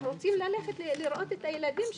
אנחנו רוצים ללכת לראות את הילדים שלנו,